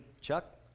Chuck